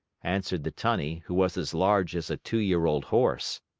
answered the tunny, who was as large as a two-year-old horse.